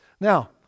Now